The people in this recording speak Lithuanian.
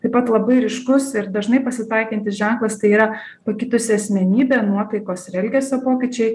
taip pat labai ryškus ir dažnai pasitaikantis ženklas tai yra pakitusi asmenybė nuotaikos ir elgesio pokyčiai